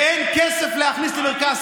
אבל בשביל מה אתם צריכים את זה?